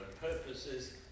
purposes